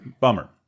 bummer